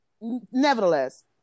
nevertheless